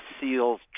seals